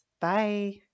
Bye